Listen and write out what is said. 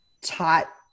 taught